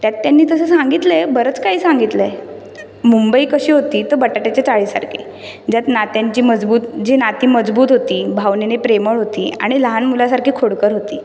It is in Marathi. त्यात त्यांनी तसं सांगितलं आहे बरंच काही सांगितलंय मुंबई कशी होती तर बटाट्याच्या चाळीसारखी ज्यात नात्यांची मजबूत जी नाती मजबूत होती भावनेने प्रेमळ होती आणि लहान मुलासारखी खोडकर होती